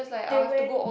they went